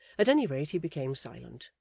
at any rate he became silent,